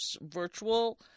Virtual